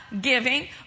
giving